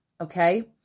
okay